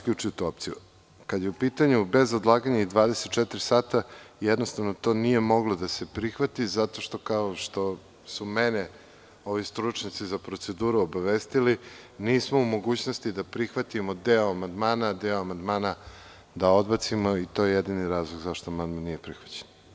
Kada je u pitanju bez odlaganja i 24 sata, jednostavno to nije moglo da se prihvati zato što, kao što su me stručnjaci za proceduru obavestili, nismo u mogućnosti da prihvatimo deo amandmana, a deo amandmana da odbacimo i to je jedini razlog zašto amandman nije prihvaćen.